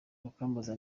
bakambaza